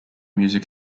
music